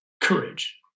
courage